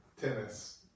Tennis